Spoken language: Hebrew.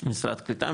משרד קליטה,